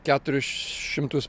keturis šimtus